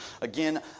Again